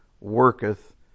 worketh